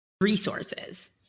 resources